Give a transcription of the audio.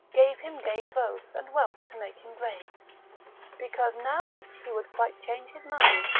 gave him gay clothes and wealth to make him brave because now rich he would quite change his mind,